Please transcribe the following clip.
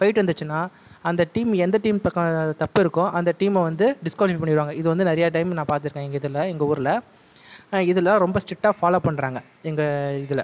fight வந்துடுச்சுன்னா அந்த team எந்த டீம் பக்கம் தப்பு இருக்கோ அந்த டீமை வந்து டிஸ்குவாலிஃபை பண்ணிவிடுவாங்க இது வந்து நிறைய டைம் நான் பார்த்துருக்கேன் எங்கள் இதில் எங்கள் ஊரில் இதெல்லாம் ரொம்ப ஸ்ட்ரிக்ட்டாக ஃபாலோவ் பண்ணுறாங்க எங்கள் இதில்